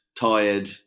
tired